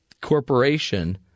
corporation